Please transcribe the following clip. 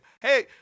hey